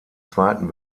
zweiten